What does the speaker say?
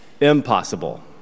impossible